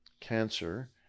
cancer